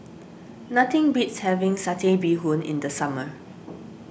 nothing beats having Satay Bee Hoon in the summer